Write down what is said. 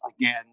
again